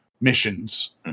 missions